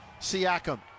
siakam